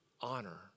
honor